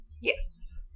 Yes